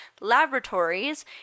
laboratories